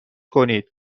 کنید